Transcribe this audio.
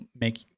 make